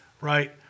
right